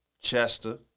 Chester